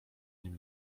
nim